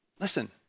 listen